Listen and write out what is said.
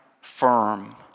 firm